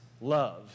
love